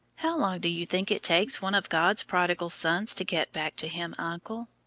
how long do you think it takes one of god's prodigal sons to get back to him, uncle?